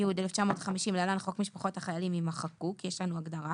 התש"י-1950 (להלן חוק משפחות החיילים)" יימחקו כי יש לנו הגדרה